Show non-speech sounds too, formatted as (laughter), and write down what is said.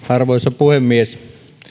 (unintelligible) arvoisa puhemies